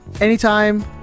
anytime